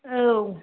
औ